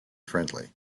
friendly